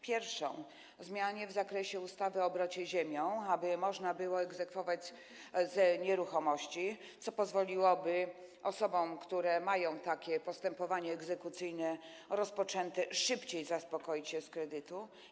Pierwsza to zmiana w zakresie ustawy o obrocie ziemią, aby można było egzekwować z nieruchomości, co pozwoliłoby osobom, które mają rozpoczęte takie postępowanie egzekucyjne, szybciej zaspokoić się z kredytu.